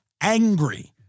angry